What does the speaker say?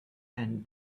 and